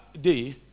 day